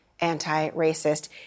anti-racist